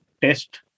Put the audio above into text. test